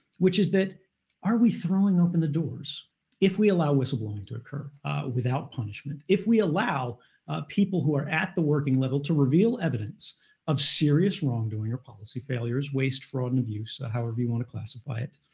which is that are we throwing open the doors if we allow whistleblowing to occur without punishment, if we allow people who are at the working level to reveal evidence of serious wrongdoing or policy failures waste, fraud, and abuse, or however you want to classify it